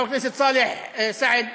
חבר הכנסת סאלח סעד,